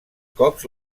cops